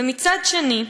ומצד שני,